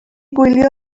gwylio